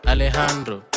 Alejandro